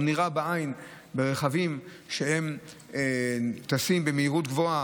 גם נראה בעין שהרכבים טסים במהירות גבוהה,